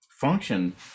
function